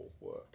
work